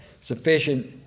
sufficient